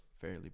fairly